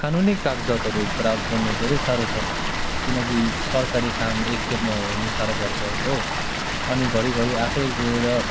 कानुनी कागजातहरू प्राप्त गर्नु धेरै साह्रो छ किनकि सरकारी काम एकखेपमा हुन साह्रो पर्छ हो अनि घररिघरि आफै गएर